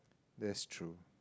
that's true